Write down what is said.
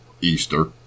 Easter